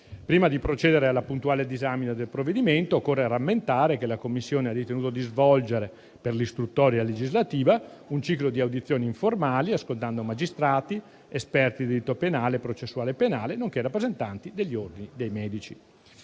Prima di procedere alla puntuale disamina del provvedimento, occorre rammentare che la Commissione ha ritenuto di svolgere per l'istruttoria legislativa un ciclo di audizioni informali, ascoltando magistrati, esperti di diritto penale e processuale penale, nonché rappresentanti degli Ordini dei medici.